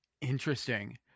Interesting